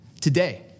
Today